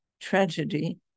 tragedy